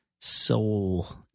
soul